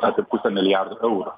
apie pusę milijardo eurų